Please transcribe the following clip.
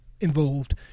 involved